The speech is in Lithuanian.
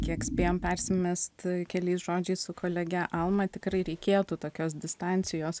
kiek spėjom persimest keliais žodžiais su kolege alma tikrai reikėtų tokios distancijos